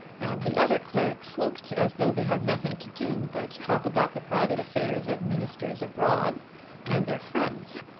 and the other clerks looked as though they had nothing to do but talk about the private affairs of ministers abroad and their friends.